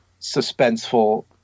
suspenseful